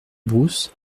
brousse